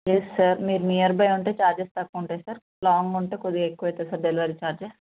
yes sir మీరు nearby ఉంటే charges తక్కువ ఉంటాయి సార్ లాంగ్ ఉంటే కొద్దిగా ఎక్కువ అవుతుంది సార్ డెలివరీ చార్జెస్